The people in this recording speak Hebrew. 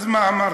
אז מה, אמרתי,